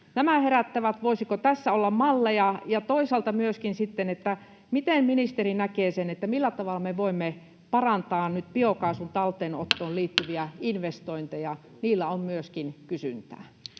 nämä herättävät, voisiko tässä olla malleja, ja toisaalta sitten myöskin sitä, miten ministeri näkee sen, millä tavalla me voimme parantaa nyt biokaasun talteenottoon liittyviä investointeja. Myöskin niillä on kysyntää.